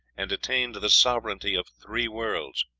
and attained the sovereignty of three worlds.